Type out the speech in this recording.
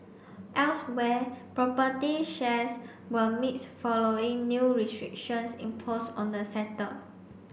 elsewhere property shares were mixed following new restrictions imposed on the sector